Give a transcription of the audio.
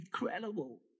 incredible